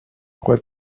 crois